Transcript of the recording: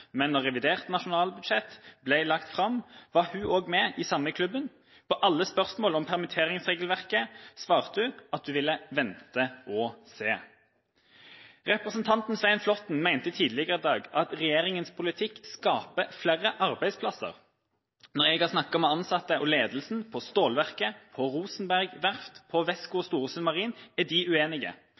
Men da revidert nasjonalbudsjett ble lagt fram, var også hun med i samme klubben. På alle spørsmål om permitteringsregelverket svarte hun at hun ville vente og se. Representanten Svein Flåtten mente tidligere i dag at regjeringas politikk skaper flere arbeidsplasser. Når jeg har snakket med ansatte og ledelsen på stålverket, på Rosenberg verft, i Westcon og i Storesund Marine, er de